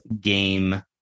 Game